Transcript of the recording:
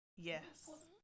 yes